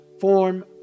form